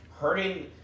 hurting